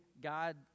God